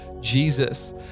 Jesus